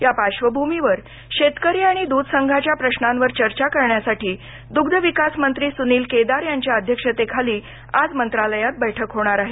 या पार्श्वभूमीवर शेतकरी आणि द्रध संघाच्या प्रशांवर चर्चा करण्यासाठी द्रग्ध विकास मंत्री सुनील केदार यांच्या अध्यक्षतेखाली आज मंत्रालयात बैठक होणार आहे